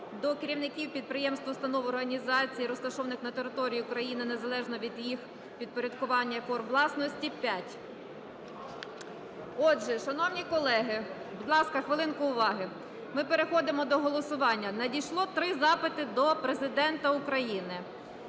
до керівників підприємств, установ, організацій, розташованих на території України незалежно від їх підпорядкування і форм власності – 5. Отже, шановні колеги, будь ласка, хвилинку уваги, ми переходимо до голосування. Надійшло три запити до Президента України.